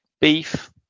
Beef